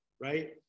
right